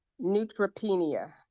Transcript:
Neutropenia